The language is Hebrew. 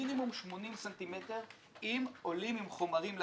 מינימום 80 ס"מ אם עולים עם חומרים לפיגום.